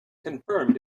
confirmed